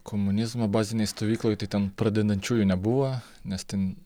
komunizmo bazinėj stovykloj tai ten pradedančiųjų nebuvo nes ten